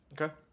Okay